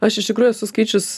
aš iš tikrųjų esu skaičius